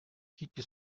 кити